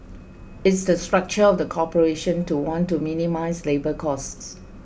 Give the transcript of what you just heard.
it's the structure of the corporation to want to minimize labour costs